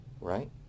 right